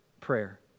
prayer